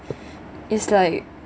is like